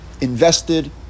invested